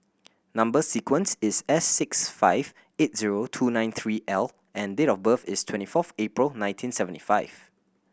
number sequence is S six five eight zero two nine three L and date of birth is twenty fourth April nineteen seventy five